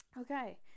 Okay